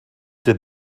did